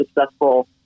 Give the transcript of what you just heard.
successful